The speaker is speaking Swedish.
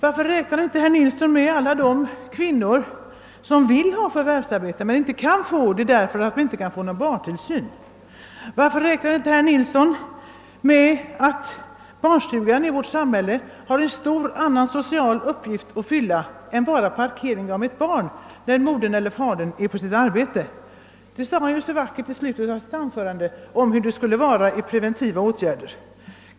Varför räknar inte herr Nilsson med alla de kvinnor som vill ha ett förvärvsarbete men inte kan ta det därför att de inte har möjlighet att ordna barntillsynen? Och varför räknar inte herr Nilsson med att barnstugan i vårt samhälle har en större social uppgift att fylla än att bara vara parkering av ett barn medan modern eller fadern är på sitt arbete? Herr Nilsson talade ju i slutet av sitt anförande så vackert om förebyggande åtgärder i syfte att ge våra barn en god start.